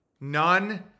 none